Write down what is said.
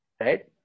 right